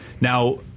now